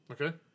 Okay